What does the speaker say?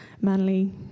manly